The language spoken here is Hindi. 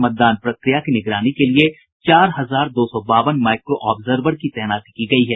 मतदान प्रक्रिया की निगरानी के लिए चार हजार दो सौ बावन माईक्रो ऑब्जर्वर की तैनाती की गयी है